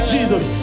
Jesus